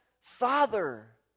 father